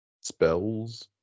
spells